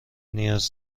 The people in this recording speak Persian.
نیاز